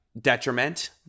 detriment